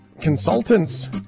consultants